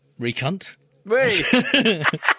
Recunt